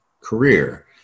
career